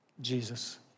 Jesus